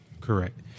correct